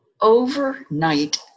overnight